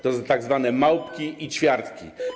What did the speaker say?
To są tzw. małpki i ćwiartki.